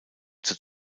zur